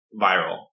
Viral